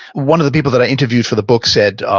one of the people that i interviewed for the book said,